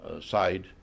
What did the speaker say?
side